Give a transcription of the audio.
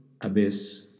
abyss